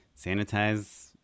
sanitize